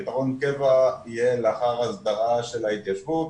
פתרון קבע יהיה לאחר הסדרה של ההתיישבות,